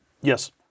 Yes